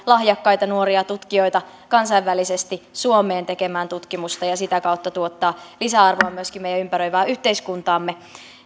lahjakkaita nuoria tutkijoita kansainvälisesti suomeen tekemään tutkimusta ja sitä kautta tuottaa lisäarvoa myöskin meidän ympäröivään yhteiskuntaamme